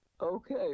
Okay